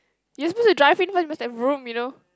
you're supposed to drive in first must have room you know